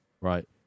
Right